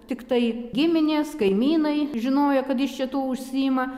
tiktai giminės kaimynai žinojo kad jis čia tuo užsiima